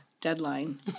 deadline